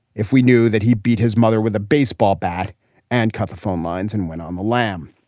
if we knew that he beat his mother with a baseball bat and cut the phone lines and went on the lam.